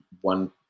one